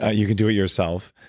ah you can do it yourself,